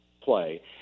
play